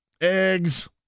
eggs